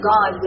God